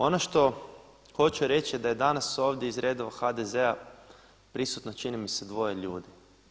Ono što hoću reći da je danas ovdje iz redova HDZ-a prisutno čini mi se dvoje ljudi.